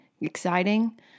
exciting